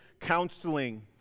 counseling